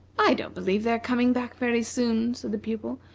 i don't believe they are coming back very soon, said the pupil,